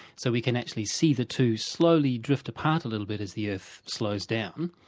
so we can actually see the two slowly drift apart a little bit as the earth slows down.